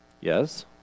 Yes